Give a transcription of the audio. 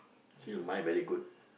still mind very good